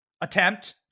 attempt